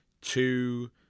two